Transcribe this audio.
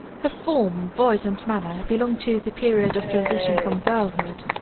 her form, voice, and manner belonged to the period of transition from girlhood.